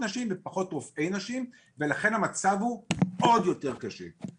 נשים ופחות לרופאי נשים ולכן המצב הוא עוד יותר קשה.